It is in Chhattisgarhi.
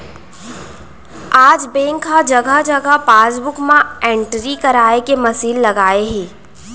आज बेंक ह जघा जघा पासबूक म एंटरी कराए के मसीन लगाए हे